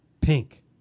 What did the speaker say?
Pink